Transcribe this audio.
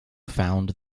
found